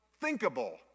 thinkable